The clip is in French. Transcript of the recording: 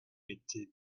mettait